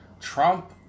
Trump